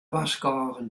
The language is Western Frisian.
warskôgen